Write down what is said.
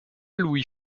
louis